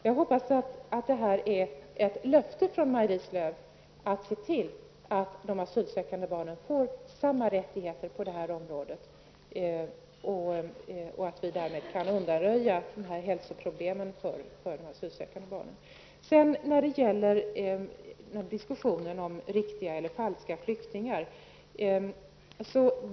Jag hoppas att detta innebär ett löfte från Maj-Lis Lööw att se till att de asylsökande barnen får samma rättigheter som svenska barn på detta område och att vi därmed kan undanröja dessa hälsoproblem när det gäller de asylsökande barnen. Beträffande diskussionen om riktiga eller falska flyktingar vill jag säga följande.